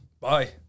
Bye